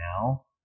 now